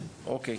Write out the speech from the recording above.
אוקיי.